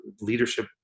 leadership